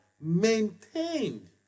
maintained